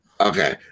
Okay